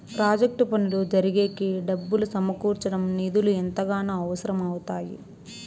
project పనులు జరిగేకి డబ్బులు సమకూర్చడం నిధులు ఎంతగానో అవసరం అవుతాయి